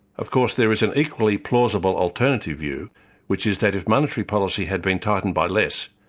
of course there is an equally plausible alternative view which is that if monetary policy had been tightened by less,